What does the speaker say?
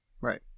right